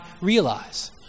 realize